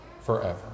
forever